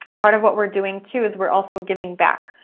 part of what we're doing too, is we're also giving back,